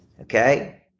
okay